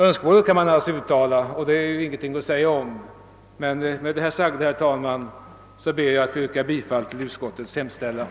Önskemål kan man alltid uttala; det är ingenting att säga om. Med det anförda, herr talman, ber jag att få yrka bifall till utskottets hemställan.